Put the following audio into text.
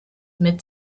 mid